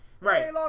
Right